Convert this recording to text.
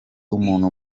umuntu